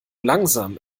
langsam